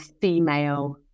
female